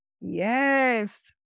Yes